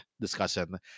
discussion